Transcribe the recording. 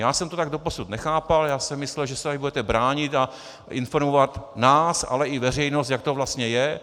Já jsem to tak doposud nechápal, já jsem myslel, že se tady budete bránit a informovat nás, ale i veřejnost, jak to vlastně je.